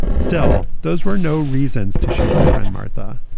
still, those were no reasons to shoot my friend martha.